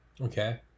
okay